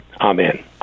Amen